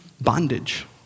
bondage